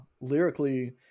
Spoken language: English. Lyrically